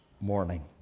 morning